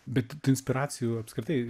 bet inspiracijų apskritai